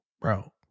bro